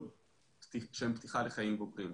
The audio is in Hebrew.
שהם פתיחת חיים בוגרים.